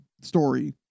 story